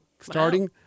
starting